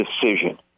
decision